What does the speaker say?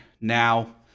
now